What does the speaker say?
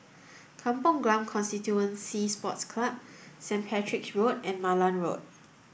Kampong Glam Constituency Sports Club Saint Patrick's Road and Malan Road